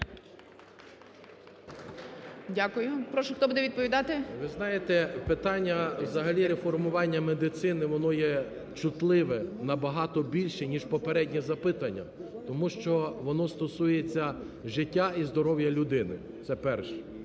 Дякую. Прошу, хто буде відповідати? 10:51:10 КУБІВ С.І. Ви знаєте, питання взагалі реформування медицини, воно є чутливе, набагато більше, ніж попереднє запитання. Тому воно стосується життя і здоров'я людини. Це перше.